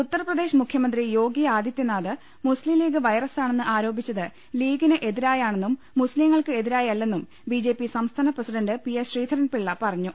ഉത്തർപ്രദേശ് മുഖ്യമന്ത്രി യോഗി ആദിത്യനാഥ് മുസ്ലിം ലീഗ് വൈറസാണെന്ന് ആരോപിച്ചത് ലീഗിനെതിരായാണെന്നും മുസ്ലിം കൾക്കെതിരായല്ലെന്നും ബിജെപി സംസ്ഥാന പ്രസിഡന്റ് പി എസ് ശ്രീധരൻപിളള പറഞ്ഞു